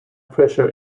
pressure